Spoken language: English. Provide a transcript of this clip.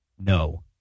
No